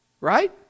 right